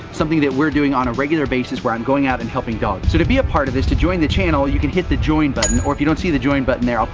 something that we're doing on a regular basis where i'm going out and helping dogs. so to be a part of this, to join the channel, you can hit the join button. or if you don't see the join button there,